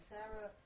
Sarah